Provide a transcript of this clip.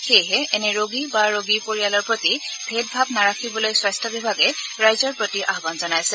সেয়েহে এনে ৰোগী বা ৰোগীৰ পৰিয়ালৰ প্ৰতি ভেদ ভাৱ নাৰাখিবলৈ স্বাস্য বিভাগে ৰাইজক আয়ান জনাইছে